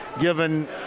given